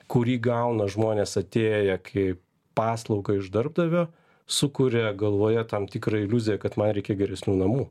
kurį gauna žmonės atėję kaip paslaugą iš darbdavio sukuria galvoje tam tikrą iliuziją kad man reikia geresnių namų